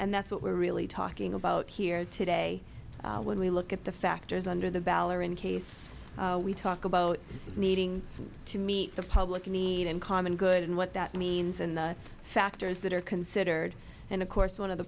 and that's what we're really talking about here today when we look at the factors under the balor in case we talk about needing to meet the public need and common good and what that means in the factors that are considered and of course one of the